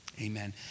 Amen